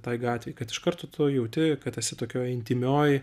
tai gatvei kad iš karto tu jauti kad esi tokioj intymioj